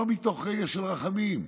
לא מתוך רגש של רחמים.